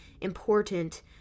important